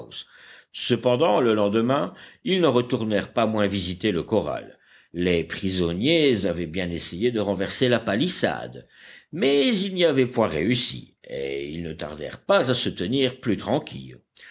cependant le lendemain ils n'en retournèrent pas moins visiter le corral les prisonniers avaient bien essayé de renverser la palissade mais ils n'y avaient point réussi et ils ne tardèrent pas à se tenir plus tranquilles